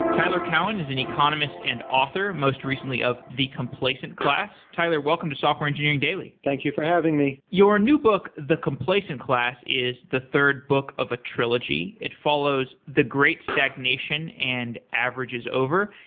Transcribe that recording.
tyler cowen is an economist and author, most recently, of the complacent class. tyler, welcome to software engineering daily thank you for having me. your new book, the complacent class, is the third book of a trilogy. it follows the great stagnation and average is over.